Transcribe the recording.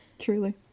Truly